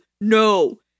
No